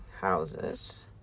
houses